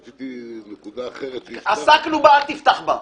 רציתי נקודה אחרת --- עסקנו בה, אל תפתח אותה.